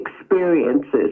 experiences